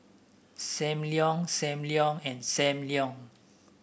Sam Leong Sam Leong and Sam Leong